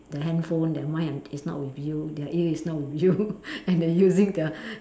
the handphone their mind un~ it's not with you their ear is not with you and then using the